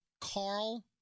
Carl